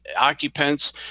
occupants